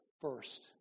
first